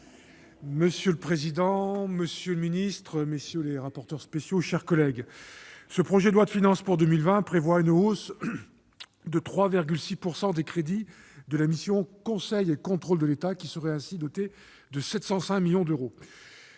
Monsieur le président, monsieur le ministre, mes chers collègues, le projet de loi de finances pour 2020 prévoit une hausse de 3,6 % des crédits de la mission « Conseil et contrôle de l'État », qui sera ainsi dotée de 705 millions d'euros.